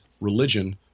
religion